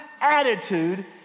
attitude